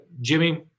Jimmy